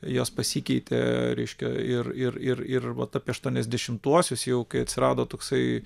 jos pasikeitė reiškia ir ir ir ir vat apie aštuoniasdešimtuosius jau kai atsirado toksai